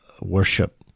worship